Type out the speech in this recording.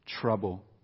trouble